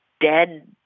dead